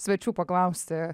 svečių paklausti